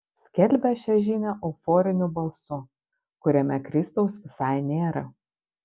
skelbia šią žinią euforiniu balsu kuriame kristaus visai nėra